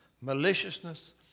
Maliciousness